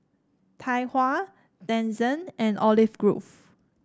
Tai Hua Denizen and Olive Grove